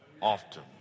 often